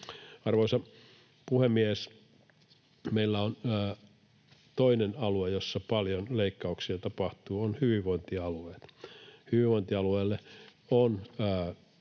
Arvoisa puhemies! Meillä toinen alue, jossa paljon leikkauksia tapahtuu, on hyvinvointialueet. Hyvinvointialueille on